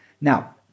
Now